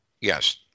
Yes